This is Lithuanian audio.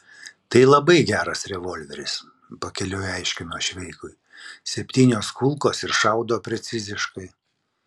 tai labai geras revolveris pakeliui aiškino šveikui septynios kulkos ir šaudo preciziškai